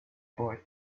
boy